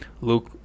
Luke